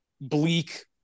bleak